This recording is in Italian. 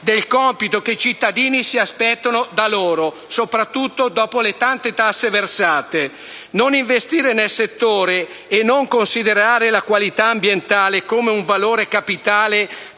del compito che i cittadini da esse si aspettano, soprattutto dopo le tante tasse versate. Non investire nel settore e non considerare la qualità ambientale come un valore capitale